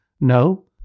No